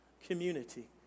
community